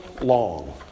long